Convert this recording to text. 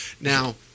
Now